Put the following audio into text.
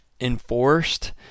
enforced